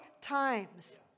times